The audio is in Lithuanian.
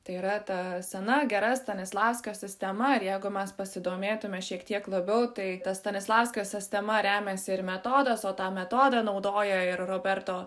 tai yra ta sena gera stanislavskio sistema ir jeigu mes pasidomėtume šiek tiek labiau tai ta stanislavskio sestema remiasi ir metodas o tą metodą naudoja ir roberto